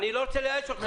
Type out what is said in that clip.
אני לא רוצה לייאש אותך.